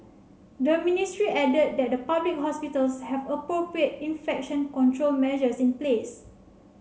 the ministry added that the public hospitals have appropriate infection control measures in place